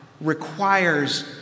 requires